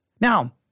Now